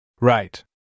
Right